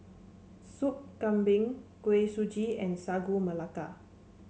Soup Kambing Kuih Suji and Sagu Melaka